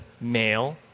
male